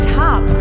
top